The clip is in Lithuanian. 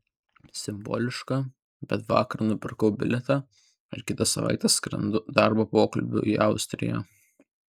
simboliška bet vakar nusipirkau bilietą ir kitą savaitę skrendu darbo pokalbiui į austriją